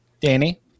Danny